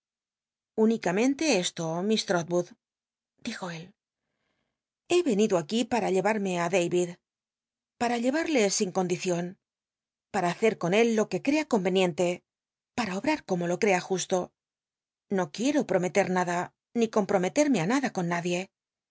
l'nicamentc esto miss trotwood dijo él he yenido aquí para llemrmc á da id para lleyarlc sin condicion para hacer con él lo c ue ctca eomcnicntc para obtar como lo crea justo xo iuicto promelct nada ni comprometerme á nada con nadie